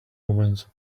omens